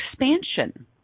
expansion